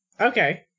Okay